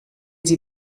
sie